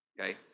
Okay